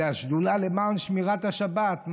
זאת השדולה למען שמירת השבת,